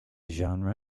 genre